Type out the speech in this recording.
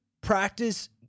practice